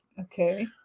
Okay